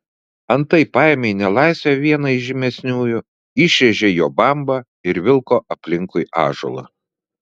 antai paėmė į nelaisvę vieną iš žymesniųjų išrėžė jo bambą ir vilko aplinkui ąžuolą